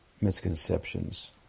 misconceptions